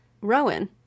Rowan